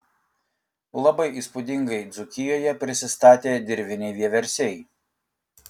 labai įspūdingai dzūkijoje prisistatė dirviniai vieversiai